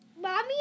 Mommy